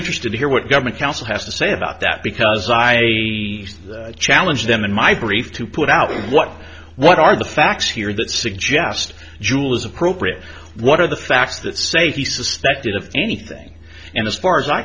interested to hear what government council has to say about that because i challenge them in my brief to put out what what are the facts here that suggest jewel is appropriate what are the facts that say he suspected of anything and as far as i